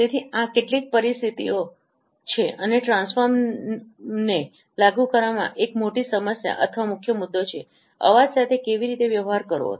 તેથી આ કેટલીક પરિસ્થિતિઓ છે અને ટ્રાન્સફોર્મને લાગુ કરવામાં એક મોટી સમસ્યા અથવા મુખ્ય મુદ્દો છે અવાજ સાથે કેવી રીતે વ્યવહાર કરવો